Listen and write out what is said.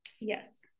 Yes